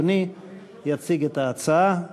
אדוני יציג את ההצעה.